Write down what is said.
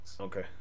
Okay